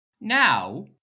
Now